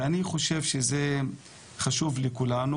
ואני חושב שזה חשוב לכולנו,